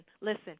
listen